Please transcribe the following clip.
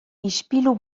ispilu